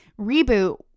reboot